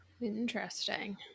Interesting